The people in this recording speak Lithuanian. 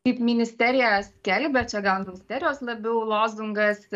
kaip ministerija skelbia čia gal ministerijos labiau lozungas